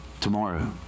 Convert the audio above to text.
tomorrow